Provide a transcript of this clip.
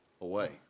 away